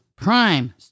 Prime